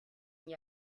n’y